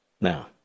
Now